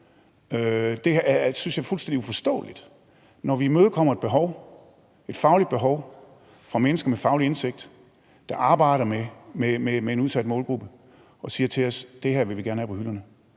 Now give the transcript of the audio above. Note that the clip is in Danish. synes jeg er fuldstændig uforståeligt, når vi imødekommer et fagligt behov fra mennesker med en faglig indsigt, der arbejder med en udsat målgruppe, og som siger til os: Det her vil vi gerne have på hylderne.